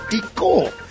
cool